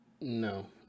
No